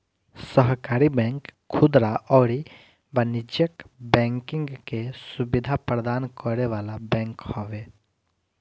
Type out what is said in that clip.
सहकारी बैंक खुदरा अउरी वाणिज्यिक बैंकिंग के सुविधा प्रदान करे वाला बैंक हवे